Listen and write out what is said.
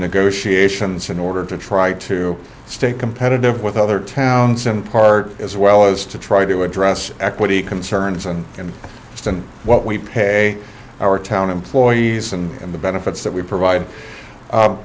negotiations in order to try to stay competitive with other towns in part as well as to try to address equity concerns and in stand what we pay our town employees and the benefits that we provide